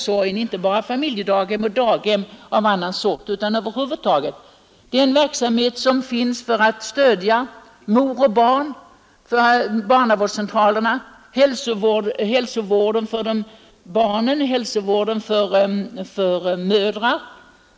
Jag tänker då inte bara på familjedaghem och daghem av annat slag utan på hela den verksamhet som går ut på att stödja mor och barn, t.ex. barnavårdscentralerna och hälsovården för barn och mödrar.